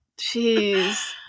Jeez